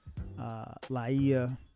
Laia